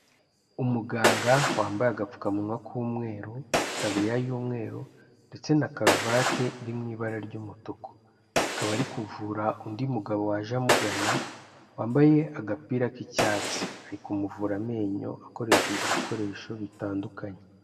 Umuganga wambaye agapfukamuwa k'umweru itabuririya y'umweru ndetse na karuvati iri mu ibara ry'umutuku, akaba ari kuvura undi mugabo waje amugana wambaye agapira k'icyatsi, ari kumuvura amenyo akoresheje ibikoresho bitandukanye.